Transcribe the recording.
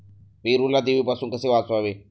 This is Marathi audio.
पेरूला देवीपासून कसे वाचवावे?